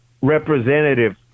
representative